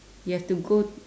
you have to go